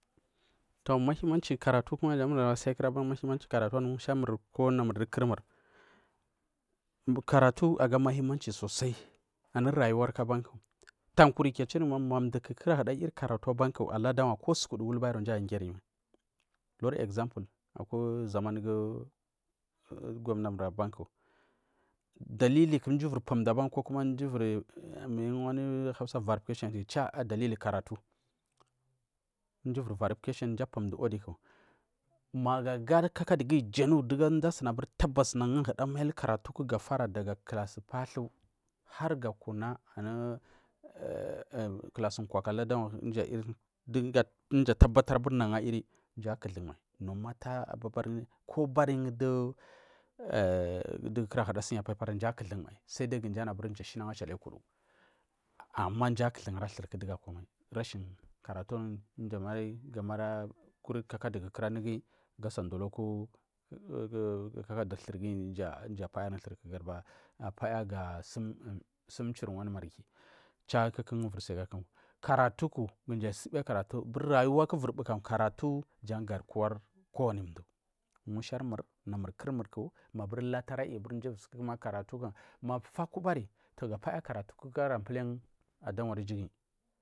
To’oh-muhimanchiri karatu kuma jan kura ai muhimanchi kaatu anu musharmur ko namur du kurmur karatu aga muhimanchi sosai anu rayuwa kabanku tan kuryi kul achiryi karatu abanku aladagwa ko sukudu whellbarow mji aiyi giri mai lori example aku zamangu gwanar mur abanku daliliku ivirpu mji abanku megu wandu hausa char verification daliliri karatu dumji wiri verification ndu ivir pumdu wodiku magu aga kakadu guyi janu dumji asini abur tabasnagu mai ga farari daga dassu pathu harga kuna dassu kwaku aladawa ndumji tabatar aburi nagu jan aiyiri mjar akuthumal ta ababari koabari dugu kura senya paper mdu akuthumai mji anu aburi mjar shinagu achalayukudu ama mja kuthun arathuku dugu akwamal rashin karatuku dugu amai ara guri kakadu kura mgin gasa dulokunugin mjar payar thut durimal apaya ga sumchir wadu marghi cha kuku jan viri shili agakuku karatuku ma mji subiya karatu rayuwa ku ivir buku kumji asubiya jan garkuwar kowa musharmur namurdu kumurku mabur laturi aiyi karatu kam mafari abubari ga paya karatu adawari ijugiyi.